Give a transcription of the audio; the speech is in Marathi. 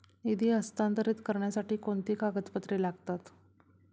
निधी हस्तांतरित करण्यासाठी कोणती कागदपत्रे लागतात?